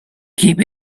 keep